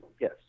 Yes